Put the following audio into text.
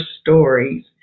stories